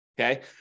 okay